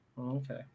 okay